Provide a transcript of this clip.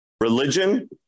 Religion